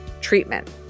treatment